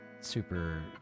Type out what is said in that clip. super